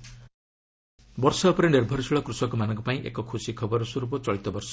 IMD monsoon ବର୍ଷା ଉପରେ ନିର୍ଭରଶୀଳ କୃଷକମାନଙ୍କ ପାଇଁ ଏକ ଖୁସି ଖବର ସ୍ୱର୍ପ ଚଳିତ ବର୍ଷ